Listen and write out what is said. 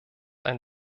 ein